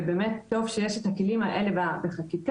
ובאמת טוב שיש את הכלים האלה בחקיקה,